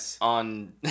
on